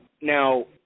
Now